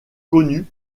connu